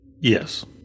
yes